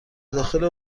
داخل